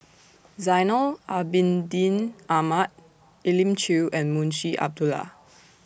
Zainal Abidin Ahmad Elim Chew and Munshi Abdullah